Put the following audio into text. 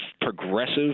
progressive